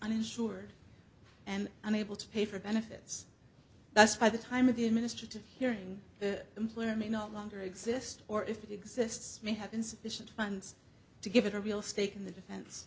uninsured and unable to pay for benefits that's by the time of the administrative hearing the employer may no longer exist or if it exists may have insufficient funds to give it a real stake in the defense